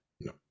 no